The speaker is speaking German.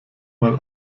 mal